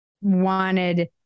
wanted